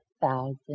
thousand